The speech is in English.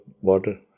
Water